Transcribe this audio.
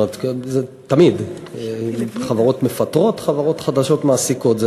תמיד חברות מפטרות, חברות חדשות מעסיקות.